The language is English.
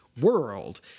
world